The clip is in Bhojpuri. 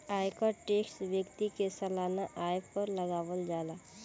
आयकर टैक्स व्यक्ति के सालाना आय पर लागावल जाला